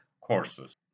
courses